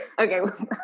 Okay